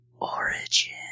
Origin